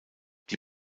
die